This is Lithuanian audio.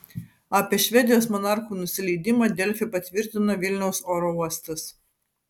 apie švedijos monarchų nusileidimą delfi patvirtino vilniaus oro uostas